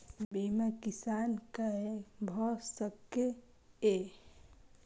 बीमा किसान कै भ सके ये?